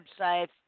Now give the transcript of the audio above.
websites